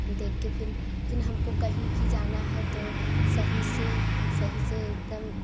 देख कर फिर फिर हमको कहीं भी जाना है तो सही से सही से एकदम